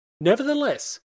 Nevertheless